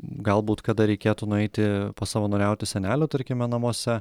galbūt kada reikėtų nueiti pasavanoriauti senelių tarkime namuose